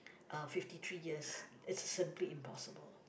uh fifty three years it's simply impossible